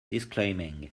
disclaiming